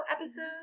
episode